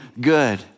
good